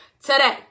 today